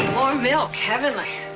warm milk, heavenly.